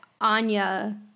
Anya